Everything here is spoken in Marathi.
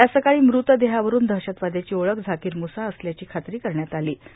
आज सकाळी मृतदेहावरून दहशतवाद्याची ओळख झाकार मुसा असल्याची खात्री करण्यात आलां